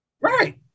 right